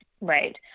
Right